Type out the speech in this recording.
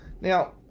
Now